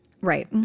Right